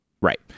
right